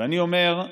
ואני אומר,